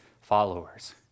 followers